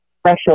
special